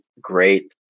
great